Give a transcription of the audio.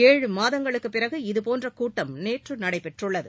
ஏழு மாதங்களுக்கு பிறகு இதுபோன்ற கூட்டம் நேற்று நடைபெற்றுள்ளது